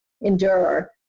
endure